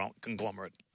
conglomerate